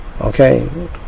Okay